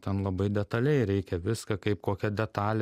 ten labai detaliai reikia viską kaip kokią detalę